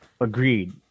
Agreed